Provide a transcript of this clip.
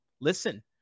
Listen